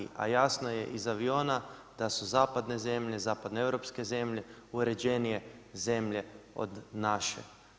A jasno je iz aviona da su zapadne zemlje, zapadnoeuropske zemlje uređenije zemlje od naše.